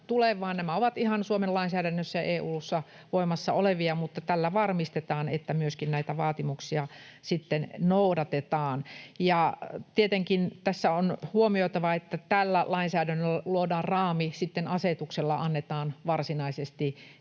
nämä ovat ihan Suomen lainsäädännössä ja EU:ssa voimassa olevia, mutta tällä varmistetaan, että näitä vaatimuksia sitten myöskin noudatetaan. Tietenkin tässä on huomioitava, että tällä lainsäädännöllä luodaan raami, sitten asetuksella annetaan varsinaisesti